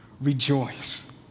rejoice